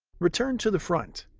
return to the front.